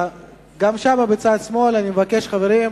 גם שם בצד שמאל, אני מבקש, חברים,